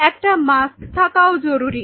একটা মাস্ক থাকাও জরুরি